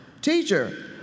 teacher